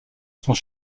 sont